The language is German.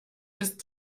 ist